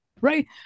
Right